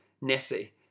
Nessie